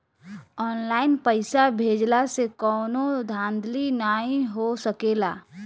online पइसा भेजला से कवनो धांधली नाइ हो सकेला